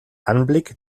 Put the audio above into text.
anblick